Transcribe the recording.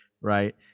right